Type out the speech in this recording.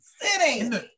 Sitting